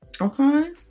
okay